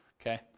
Okay